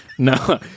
no